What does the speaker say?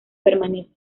permanece